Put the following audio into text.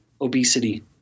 obesity